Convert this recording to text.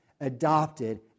adopted